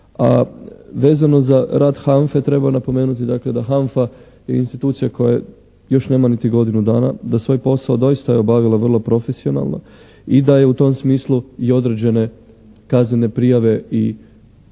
A vezano za rad HANFA-e treba napomenuti dakle da HANFA je institucija koja još nema niti godinu dana, da svoj posao doista je obavila vrlo profesionalno i da je u tom smislu i određene kaznene prijave i potegla